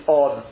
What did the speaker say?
on